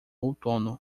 outono